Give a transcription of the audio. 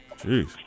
jeez